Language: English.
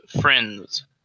friends